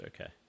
okay